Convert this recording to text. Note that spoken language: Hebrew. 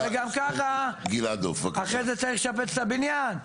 וגם ככה אחרי זה צריך לשפץ את הבניין,